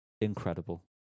incredible